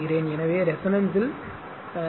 எனவே ரெசோனன்ஸ்ல் நேரத்தில் அது V R